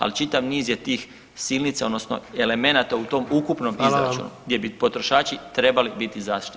Ali čitav niz je tih silnica, odnosno elemenata u tom ukupnom izračunu [[Upadica predsjednik: Hvala vam.]] gdje bi potrošači trebali biti zaštićeni.